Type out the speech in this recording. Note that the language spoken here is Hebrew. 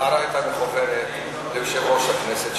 ההערה הייתה מכוונת ליושב-ראש הכנסת,